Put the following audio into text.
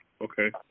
okay